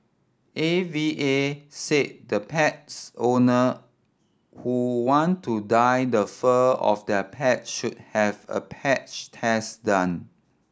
A V A said the pets owner who want to dye the fur of their pet should have a patch test done